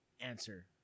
answer